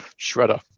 shredder